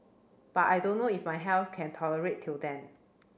but I don't know if my health can tolerate till then